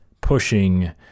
pushing